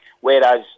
Whereas